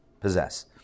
possess